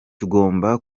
tugomba